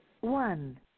One